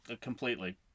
completely